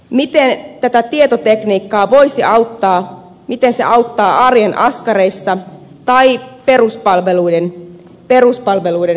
miten tämä tietotekniikka voisi auttaa miten se auttaa arjen askareissa tai peruspalveluiden saatavuudessa